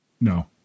No